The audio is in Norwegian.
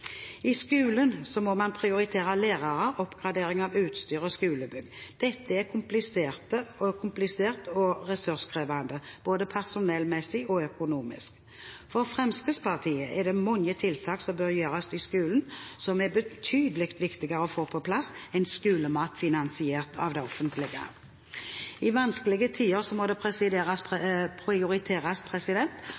I skolen må man prioritere lærere, oppgradering av utstyr og skolebygg. Dette er komplisert og ressurskrevende, både personellmessig og økonomisk. For Fremskrittspartiet er det mange tiltak som bør gjøres i skolen, som er betydelig viktigere å få på plass enn skolemat finansiert av det offentlige. I vanskelige tider må det